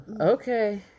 Okay